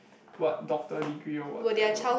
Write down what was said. what doctor degree or whatever